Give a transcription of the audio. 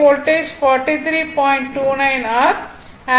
29 r ampere ஆகும்